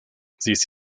this